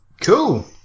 Cool